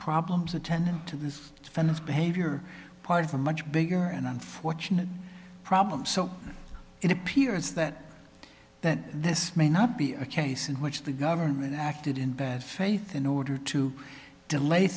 problems attendant to this fellow's behavior part of a much bigger and unfortunate problem so it appears that that this may not be a case in which the government acted in bad faith in order to delay